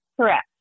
Correct